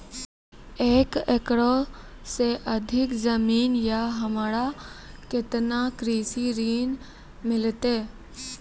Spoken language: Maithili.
एक एकरऽ से अधिक जमीन या हमरा केतना कृषि ऋण मिलते?